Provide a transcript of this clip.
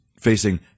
facing